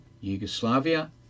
yugoslavia